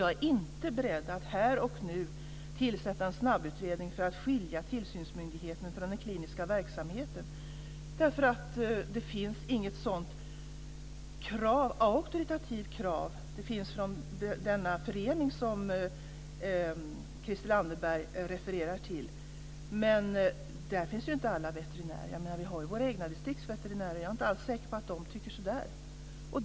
Jag är inte beredd att här och nu tillsätta en snabbutredning för att skilja tillsynsmyndigheten från den kliniska verksamheten, därför att det finns inget sådant auktoritativt krav. Ett sådant krav finns från den förening som Christel Anderberg refererar till, men i den finns inte alla veterinärer med. Vi har ju våra egna distriktsveterinärer, och jag är inte alls säker på att de tycker så.